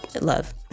love